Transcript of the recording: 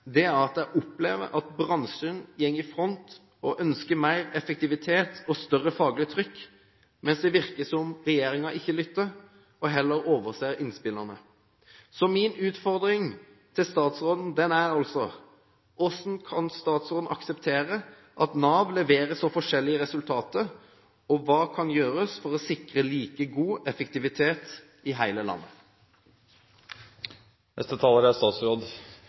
i front og ønsker mer effektivitet og større faglig trykk, mens det virker som om regjeringen ikke lytter og heller overser innspillene. Så min ufordring til statsråden er altså: Hvordan kan statsråden akseptere at Nav leverer så forskjellige resultater, og hva kan gjøres for å sikre like god effektivitet i hele landet? Jeg vil aller først takke representanten Ropstad for å ha satt dette spørsmålet på dagsordenen. Arbeid til alle er